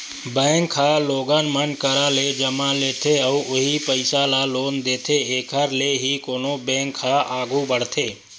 bank ह लोगन मन करा ले जमा लेथे अउ उहीं पइसा ल लोन देथे एखर ले ही कोनो बेंक ह आघू बड़थे